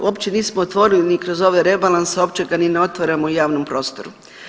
Uopće nismo otvorili ni kroz ove rebalanse, uopće ga ni ne otvaramo u javnom prostoru.